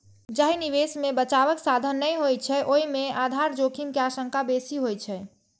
जाहि निवेश मे बचावक साधन नै होइ छै, ओय मे आधार जोखिम के आशंका बेसी होइ छै